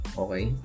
okay